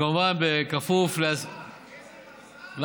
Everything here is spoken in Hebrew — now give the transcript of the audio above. וכמובן בכפוף, איזה מזל, איזה מזל.